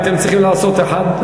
הייתם צריכים לעשות אחד-אחד,